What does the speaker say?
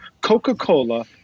Coca-Cola